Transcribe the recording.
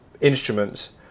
instruments